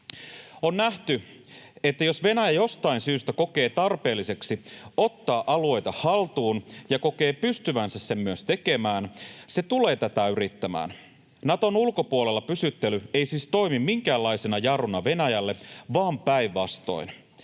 On nähty, että jos Venäjä jostain syystä kokee tarpeelliseksi ottaa alueita haltuun ja kokee pystyvänsä sen myös tekemään, se tulee tätä yrittämään. Naton ulkopuolella pysyttely ei siis toimi minkäänlaisena jarruna Venäjälle, vaan päinvastoin.